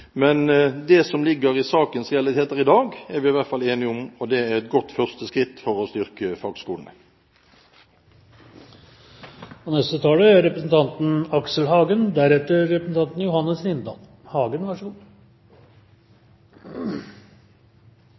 Det som ligger i sakens realiteter i dag, er vi i hvert fall enige om – og det er et godt første skritt for å styrke fagskolene. Vi prater nå om en utdanning som jeg er